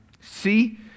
See